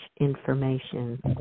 information